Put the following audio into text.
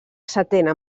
setena